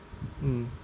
mm